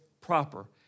proper